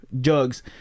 jugs